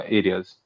areas